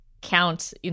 count